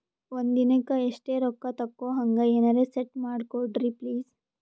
ಒಂದಿನಕ್ಕ ಇಷ್ಟೇ ರೊಕ್ಕ ತಕ್ಕೊಹಂಗ ಎನೆರೆ ಸೆಟ್ ಮಾಡಕೋಡ್ರಿ ಪ್ಲೀಜ್?